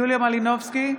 יוליה מלינובסקי,